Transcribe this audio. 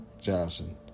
Johnson